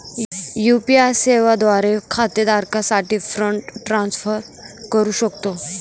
UPI सेवा द्वारे खाते धारकासाठी फंड ट्रान्सफर करू शकतो